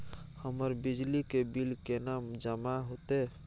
हमर बिजली के बिल केना जमा होते?